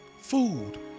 food